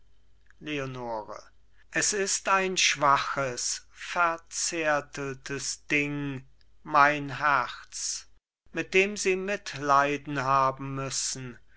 leonore es ist ein schwaches verzärteltes ding mein herz mit dem sie mitleiden haben müssen